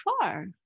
far